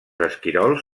esquirols